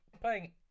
playing